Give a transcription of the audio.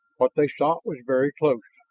what they sought was very close,